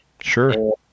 sure